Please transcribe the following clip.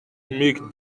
make